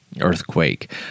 earthquake